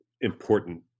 important